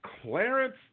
Clarence